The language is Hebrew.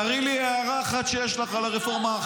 תראי לי הערה אחת שיש לך על הרפורמה.